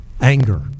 anger